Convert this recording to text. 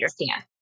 understand